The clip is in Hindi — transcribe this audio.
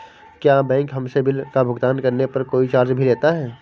क्या बैंक हमसे बिल का भुगतान करने पर कोई चार्ज भी लेता है?